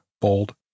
Bold